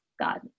God